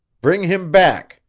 bring him back!